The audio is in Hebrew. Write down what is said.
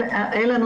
אין לנו